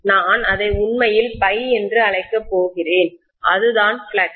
நான் அதை உண்மையில் ∅ என்று அழைக்கப் போகிறேன் அதுதான் ஃப்ளக்ஸ்